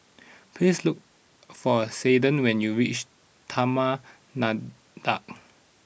please look for Caiden when you reach Taman Nakhoda